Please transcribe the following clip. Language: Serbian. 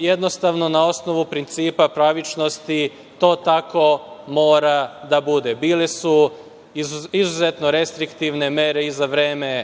jednostavno na osnovu principa pravičnosti to tako mora da bude. Bile su izuzetno restriktivne mere i za vreme